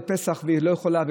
והיא לא יכולה,